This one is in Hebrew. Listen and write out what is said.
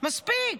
מספיק.